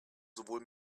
sowohl